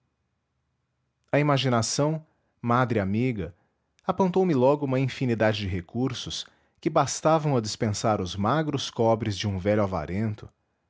a imaginação madre amiga apontou me logo uma infinidade de recursos que bastavam a dispensar os magros cobres de um velho avarento